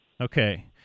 Okay